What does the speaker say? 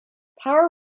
power